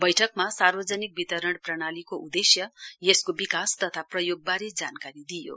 बैठकमा सार्वजनिक वितरण प्रणालीको उदेश्य यसको विकास तथा प्रयोगवारे जानकारी दिइयो